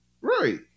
Right